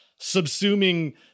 subsuming